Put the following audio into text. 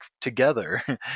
together